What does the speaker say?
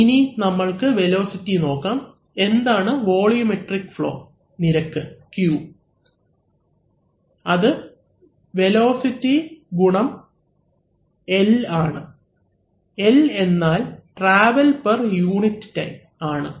ഇനി നമ്മൾക്ക് വെലോസിറ്റി നോക്കാം എന്താണ് വോള്യുമെട്രിക് ഫ്ളോ നിരക്ക് Q അത് വ്യാപ്തി ഗുണനം L ആണ് L എന്നാൽ ട്രാവൽ പെർ യൂണിറ്റ് ടൈം ആണ്